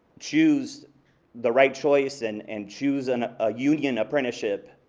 choose the right choice, and and choose and a union apprenticeship.